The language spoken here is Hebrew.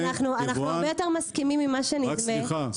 --- אנחנו הרבה יותר מסכימים ממה שנדמה.